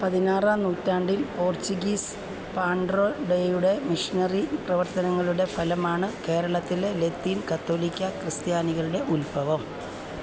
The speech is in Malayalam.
പതിനാറാം നൂറ്റാണ്ടിൽ പോർച്ചുഗീസ് പാഡ്രോഡെയുടെ മിഷനറി പ്രവർത്തനങ്ങളുടെ ഫലമാണ് കേരളത്തിലെ ലത്തീൻ കത്തോലിക്കാ ക്രിസ്ത്യാനികളുടെ ഉത്ഭവം